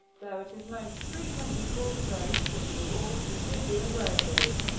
though it is most frequently called rose city or the city of roses,